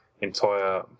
entire